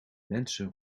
mensen